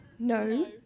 No